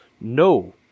no